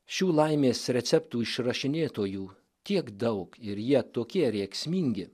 šių laimės receptų išrašinėtojų tiek daug ir jie tokie rėksmingi